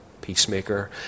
peacemaker